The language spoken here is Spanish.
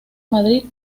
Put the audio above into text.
madrid